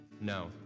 No